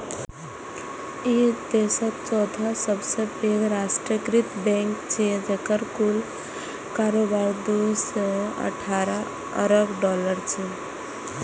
ई देशक चौथा सबसं पैघ राष्ट्रीयकृत बैंक छियै, जेकर कुल कारोबार दू सय अठारह अरब डॉलर छै